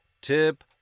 tip